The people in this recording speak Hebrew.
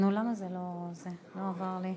זה לא עובד.